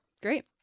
Great